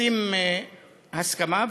עושים הסכמה,